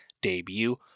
debut